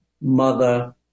mother